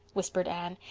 whispered anne.